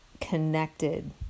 connected